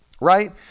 right